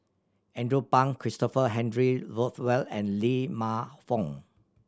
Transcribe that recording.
Andrew Phang Christopher Henry Rothwell and Lee Man Fong